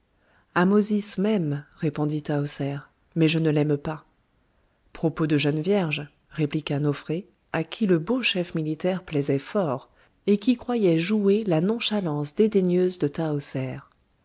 m'aime répondit tahoser mais je ne l'aime pas propos de jeune vierge répliqua nofré à qui le beau chef militaire plaisait fort et qui croyait jouée la nonchalance dédaigneuse de